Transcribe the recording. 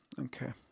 okay